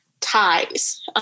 ties